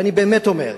ואני באמת אומר,